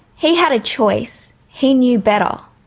he had a choice, he knew better.